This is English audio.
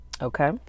Okay